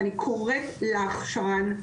ואני קוראת לך שרן,